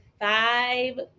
five